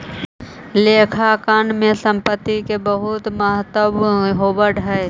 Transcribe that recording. लेखांकन में संपत्ति के बहुत महत्व होवऽ हइ